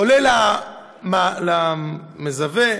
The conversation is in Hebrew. עולה למזווה,